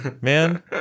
Man